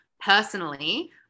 personally